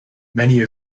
many